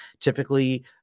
Typically